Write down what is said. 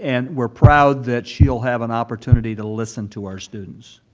and we're proud that she'll have an opportunity to listen to our students.